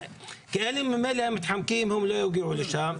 ממילא המתחמקים לא יגיעו לשם,